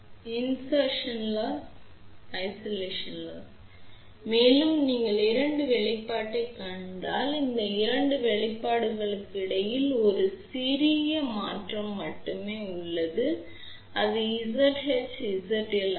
Insertion Loss¿¿→ Switch is ON Isolation¿ ¿→ Switch is OFF மேலும் நீங்கள் 2 வெளிப்பாட்டைக் கண்டால் இந்த 2 வெளிப்பாடுகளுக்கு இடையில் 1 சிறிய மாற்றம் மட்டுமே உள்ளது அது Zh மற்றும் Zl ஆகும்